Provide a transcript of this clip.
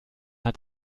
hat